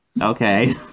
Okay